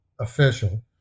official